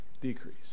Decrease